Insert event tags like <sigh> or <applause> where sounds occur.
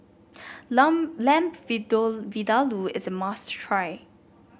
<unintelligible> Lamb Vindaloo is a must try